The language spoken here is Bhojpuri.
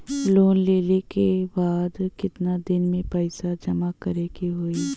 लोन लेले के बाद कितना दिन में पैसा जमा करे के होई?